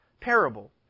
parable